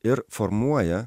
ir formuoja